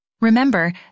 Remember